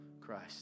Christ